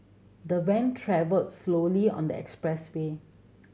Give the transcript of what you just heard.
the van travelled slowly on the expressway